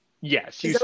Yes